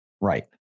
Right